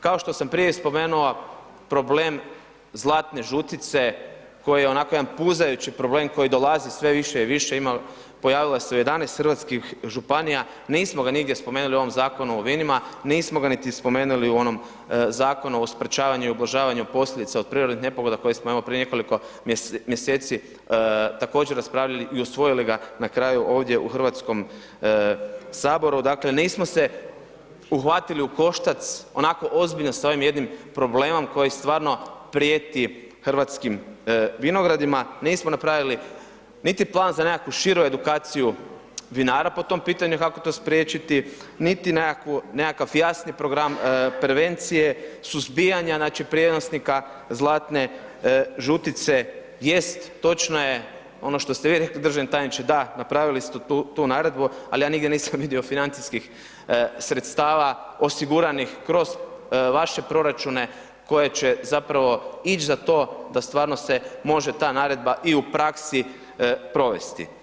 Kao što sam prije spomenuo, problem zlatne žutice koji je onako jedan puzajući problem koji dolazi sve više i više, ima, pojavila se u 11 hrvatskih županija, nismo ga nigdje spomenuli u ovom Zakonu o vinima, nismo ga niti spomenuli u onom Zakonu o sprečavanju i ublažavanju posljedica od prirodnih nepogoda koji smo evo prije nekoliko mjeseci također raspravljali i usvojili ga na kraju ovdje u HS, dakle, nismo se uhvatili u koštac onako ozbiljno s ovim jednim problemom koji stvarno prijeti hrvatskim vinogradima, nismo napravili niti plan za nekakvu širu edukaciju vinara po tom pitanju kako to spriječiti, niti nekakav jasni program prevencije suzbijanja, znači, prijenosnika zlatne žutice, jest, točno je ono što ste vi rekli državni tajniče, da, napravili ste tu naredbu, al ja nigdje nisam vidio financijskih sredstava osiguranih kroz vaše proračune koje će zapravo ić za to da stvarno se može ta naredba i u praksi provesti.